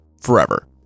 Forever